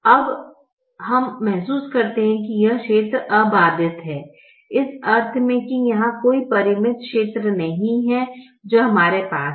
अब हम महसूस करते हैं कि यह क्षेत्र अबाधित है इस अर्थ में कि यहा कोई परिमित क्षेत्र नहीं है जो हमारे पास है